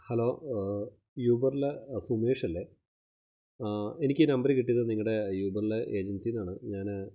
hello യൂബറിലെ സുമേഷല്ലേ എനിക്ക് ഈ നമ്പര് കിട്ടിയത് നിങ്ങളുടെ യൂബറിലെ എജന്സിയിൽ നിന്നാണ് ഞാന്